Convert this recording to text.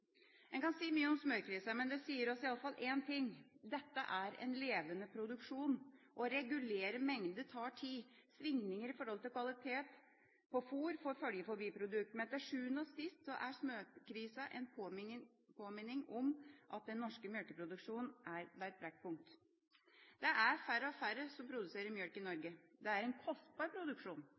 En kan si mye om smørkrisa, men det sier oss iallfall én ting: Dette er en levende produksjon. Å regulere mengde tar tid. Svingninger i kvaliteten på fôr får følger for biprodukter. Men til sjuende og sist er smørkrisa en påminning om at den norske mjølkeproduksjonen er ved et brekkpunkt. Det er færre og færre som produserer mjølk i Norge. Det er en kostbar produksjon